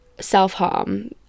self-harm